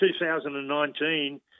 2019